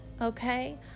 okay